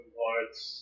parts